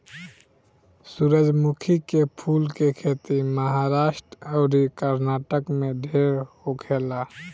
सूरजमुखी के फूल के खेती महाराष्ट्र अउरी कर्नाटक में ढेर होखेला